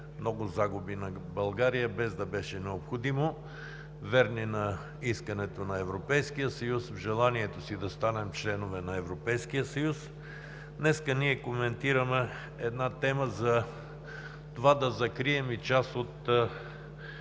много загуби на България, без да беше необходимо, верни на искането на Европейския съюз, в желанието си да станем членове на Европейския съюз. Днес ние коментираме една тема за това да закрием и част от